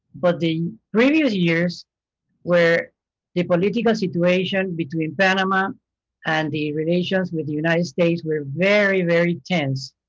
but the previous years where the political situation between panama and the relations with the united states were very, very tense.